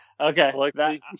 okay